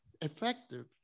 effective